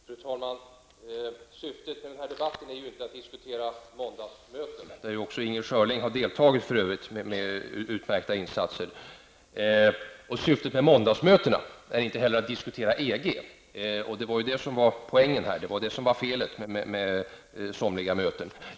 Fru talman! Syftet med den här debatten är ju inte att diskutera måndagsmötena, där för övrigt Inger Schörling har deltagit med utmärkta insatser. Inte heller är syftet med måndagsmötena att diskutera EG, och det var ju det som var poängen här. Det var det som var felet med somliga möten.